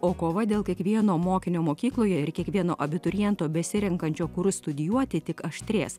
o kova dėl kiekvieno mokinio mokykloje ir kiekvieno abituriento besirenkančio kur studijuoti tik aštrės